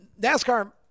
NASCAR